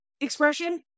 Expression